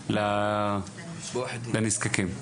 לנזקקים.